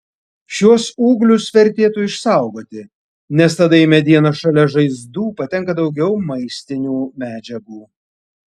šiuos ūglius vertėtų išsaugoti nes tada į medieną šalia žaizdų patenka daugiau maistinių medžiagų